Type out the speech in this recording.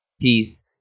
peace